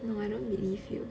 no I don't believe you